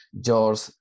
George